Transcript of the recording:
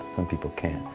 some people can't.